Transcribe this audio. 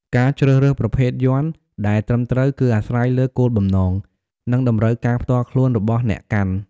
ការជ្រើសរើសប្រភេទយ័ន្តដែលត្រឹមត្រូវ គឺអាស្រ័យលើគោលបំណង និងតម្រូវការផ្ទាល់ខ្លួនរបស់អ្នកកាន់។